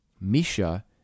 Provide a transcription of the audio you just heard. Misha